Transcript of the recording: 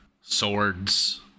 swords